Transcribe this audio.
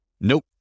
nope